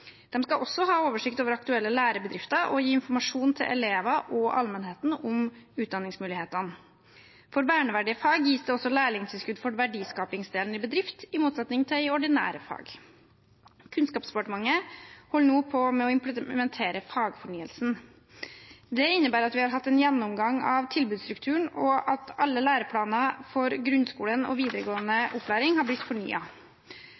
skal også ha oversikt over aktuelle lærebedrifter og gi informasjon til elever og allmennheten om utdanningsmulighetene. For verneverdige fag gis det også lærlingtilskudd for verdiskapingsdelen i bedrift, i motsetning til i ordinære fag. Kunnskapsdepartementet holder nå på med å implementere fagfornyelsen. Det innebærer at vi har hatt en gjennomgang av tilbudsstrukturen, og at alle læreplaner for grunnskolen og